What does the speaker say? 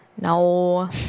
No